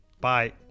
Bye